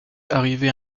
arrivait